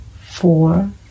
four